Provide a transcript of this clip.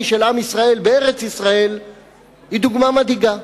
של עם ישראל בארץ-ישראל היא דוגמה מדאיגה.